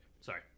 Sorry